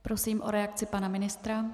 Prosím o reakci pana ministra.